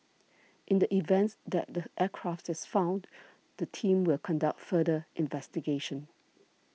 in the events that the aircraft is found the team will conduct further investigation